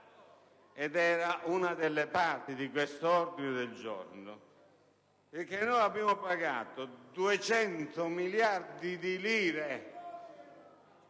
ed era una delle parti di questo ordine del giorno, è che noi abbiamo pagato 200 miliardi di